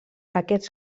aquests